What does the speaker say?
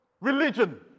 religion